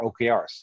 OKRs